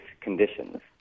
conditions